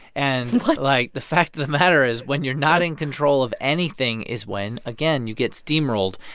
and. what? like, the fact of the matter is when you're not in control of anything is when, again, you get steamrolled.